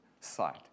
side